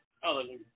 Hallelujah